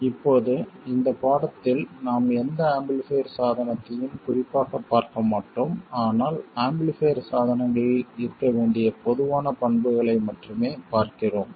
இப்போது இந்த பாடத்தில் நாம் எந்த ஆம்பிளிஃபைர் சாதனத்தையும் குறிப்பாக பார்க்க மாட்டோம் ஆனால் ஆம்பிளிஃபைர் சாதனங்களில் இருக்க வேண்டிய பொதுவான பண்புகளை மட்டுமே பார்க்கிறோம்